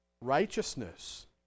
righteousness